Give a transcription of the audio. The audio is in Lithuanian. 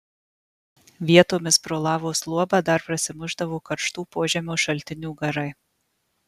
vietomis pro lavos luobą dar prasimušdavo karštų požemio šaltinių garai